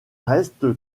reste